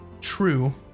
true